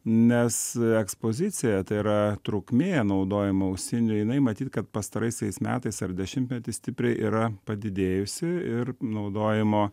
nes ekspozicija tai yra trukmė naudojimo ausinių jinai matyt kad pastaraisiais metais ar dešimtmetį stipriai yra padidėjusi ir naudojimo